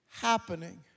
happening